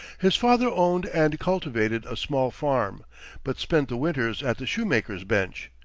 his father owned and cultivated a small farm but spent the winters at the shoemaker's bench,